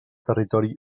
territori